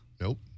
Nope